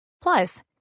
Plus